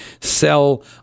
sell –